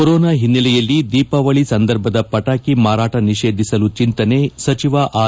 corona ಹಿನ್ನೆಲೆಯಲ್ಲಿ ದೀಪಾವಳಿ ಸಂದರ್ಭದ ಪಟಾಕಿ ಮಾರಾಟ ನಿಷೇಧಿಸಲು ಚಿಂತನೆ ಸಚಿವ ಆರ್